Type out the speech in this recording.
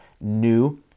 new